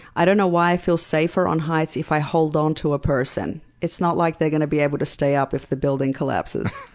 i don't know why i feel safer on heights if i hold on to a person. it's not like they're going to be able to stay up if the building collapses.